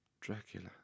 Dracula